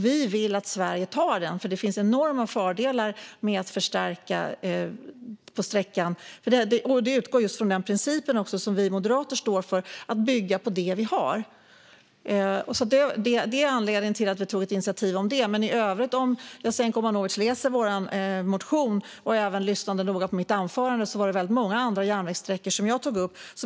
Vi vill att Sverige tar den. Det finns enorma fördelar med att förstärka på sträckan. Det utgår just från principen som vi moderater står för om att bygga på det vi har. Det är anledningen till att vi tog ett initiativ om det. Om Jasenko Omanovic läser vår motion står det där. Om han även lyssnade noga på mitt anförande var det väldigt många andra järnvägssträckor som jag tog upp.